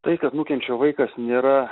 tai kad nukenčia vaikas nėra